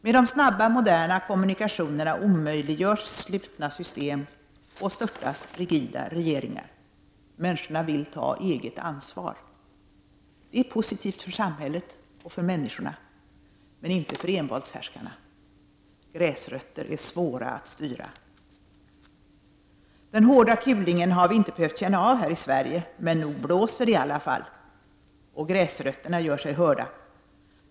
Med de snabba moderna kommunikationerna omöjliggörs slutna system och störtas rigida regeringar. Människorna vill ta eget ansvar. Det är positivt för samhället och för människorna, men inte för envåldshärskarna. Gräsrötter är svåra att styra. Vi har inte behövt känna av den hårda kulingen här i Sverige, men nog blåser det i alla fall, och gräsrötterna gör sig hörda.